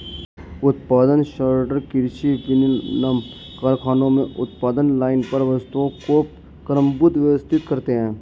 उत्पादन सॉर्टर कृषि, विनिर्माण कारखानों में उत्पादन लाइन पर वस्तुओं को क्रमबद्ध, व्यवस्थित करते हैं